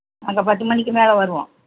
அங்கே பத்து மணிக்கு மேலே வருவோம்